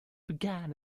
began